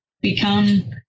become